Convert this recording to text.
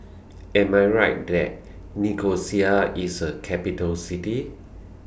Am I Right that Nicosia IS A Capital City